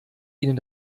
ihnen